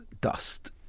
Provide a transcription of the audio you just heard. dust